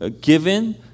given